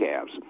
calves